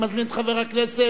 אני מזמין את חבר הכנסת